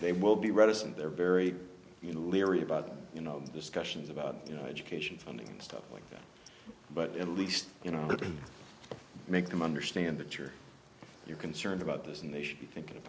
they will be reticent they're very you know leery about you know discussions about you know education funding and stuff like that but at least you know make them understand that you're you concerned about this and they should be thinking